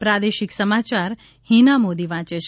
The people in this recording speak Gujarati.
પ્રાદેશિક સમાયાર હિના મોદી વાંચે છે